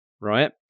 right